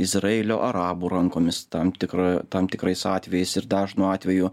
izraelio arabų rankomis tam tikroje tam tikrais atvejais ir dažnu atveju